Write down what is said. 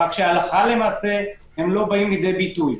רק הלכה למעשה הדברים לא באים לידי ביטוי.